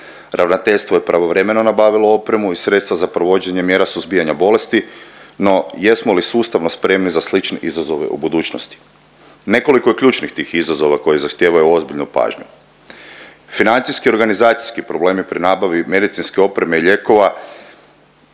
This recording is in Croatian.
ravnateljstvo je pravovremeno nabavilo opremu i sredstva za provođenje mjera suzbijanja bolesti, no jesmo li sustavno spremni za slične izazove u budućnosti? Nekoliko je ključnih tih izazova koji zahtijevaju ozbiljnu pažnju, financijski i organizacijski problemi pri nabavi medicinske opreme i lijekova,